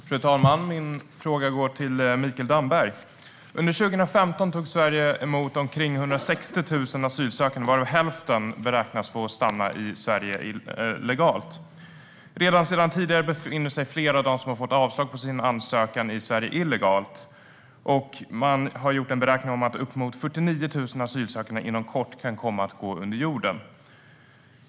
Fru talman! Min fråga går till Mikael Damberg. Under 2015 tog Sverige emot omkring 160 000 asylsökande, varav hälften beräknas få stanna i Sverige legalt. Redan sedan tidigare befinner sig flera av dem som har fått avslag på sin ansökan i Sverige illegalt. Man har gjort en beräkning som visar att uppemot 49 000 asylsökande inom kort kan komma att gå under jorden.